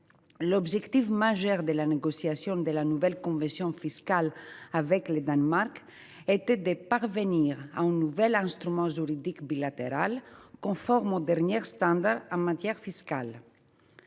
L’objectif essentiel de la négociation de la nouvelle convention fiscale avec le Danemark était de parvenir à un nouvel instrument juridique bilatéral conforme aux derniers standards en matière fiscale.